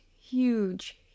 huge